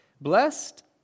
Blessed